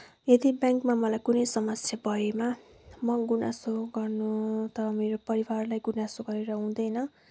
यदि ब्याङ्कमा मलाई कुनै समस्या भएमा म गुनासो गर्न त मेरो परिवारलाई गुनासो गरेर हुँदैन